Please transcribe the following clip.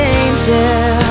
angel